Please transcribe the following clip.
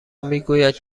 میگوید